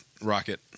rocket